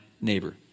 neighbor